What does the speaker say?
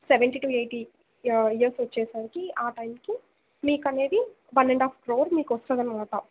seventy to eighty years వచ్చేసరికి ఆ టైంకి మీకు అనేది వన్ అండ్ ఆఫ్ క్రోర్ మీకు వస్తుంది అన్నమాట